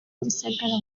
gisagara